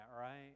right